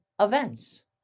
events